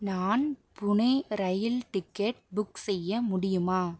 நான் Pune rail ticket book செய்ய முடியுமா